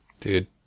Dude